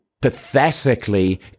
pathetically